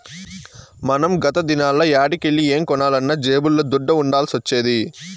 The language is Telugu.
మనం గత దినాల్ల యాడికెల్లి ఏం కొనాలన్నా జేబుల్ల దుడ్డ ఉండాల్సొచ్చేది